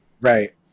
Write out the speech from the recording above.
Right